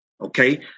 okay